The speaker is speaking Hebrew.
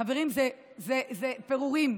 חברים, אלה פירורים,